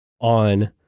on